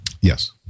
Yes